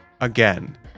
again